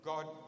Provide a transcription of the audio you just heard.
God